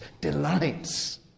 delights